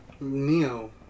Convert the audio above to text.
Neo